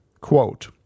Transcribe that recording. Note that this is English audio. Quote